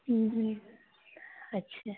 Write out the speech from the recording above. अच्छा